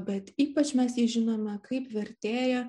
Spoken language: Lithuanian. bet ypač mes jį žinome kaip vertėją